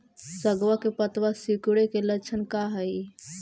सगवा के पत्तवा सिकुड़े के लक्षण का हाई?